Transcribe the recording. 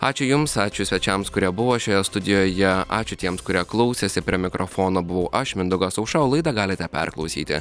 ačiū jums ačiū svečiams kurie buvo šioje studijoje ačiū tiems kurie klausėsi prie mikrofono buvau aš mindaugas auša o laidą galite perklausyti